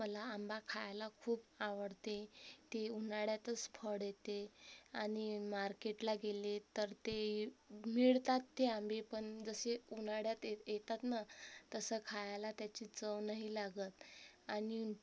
मला आंबा खायला खूप आवडते ते उन्हाळ्यातच फळ येते आणि मार्केटला गेले तर ते मिळतात ते आंबे पण जसे उन्हाळ्यात येतात ना तसं खायला त्याची चव नाही लागत आणि